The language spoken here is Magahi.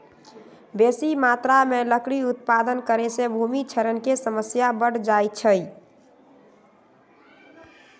बेशी मत्रा में लकड़ी उत्पादन करे से भूमि क्षरण के समस्या बढ़ जाइ छइ